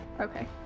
Okay